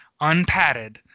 unpadded